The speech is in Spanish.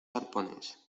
arpones